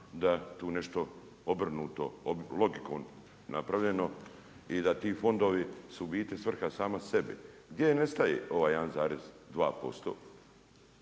da tu nešto obrnuto logikom napravljeno i da ti fondovi su u biti svrha sama sebi. Gdje nestaje ovaj 1,2%?